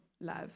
love